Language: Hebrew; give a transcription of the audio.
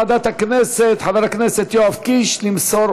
יש בעיה בהצבעה במקומו של חבר הכנסת איוב קרא,